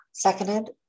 Seconded